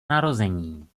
narození